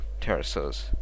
pterosaurs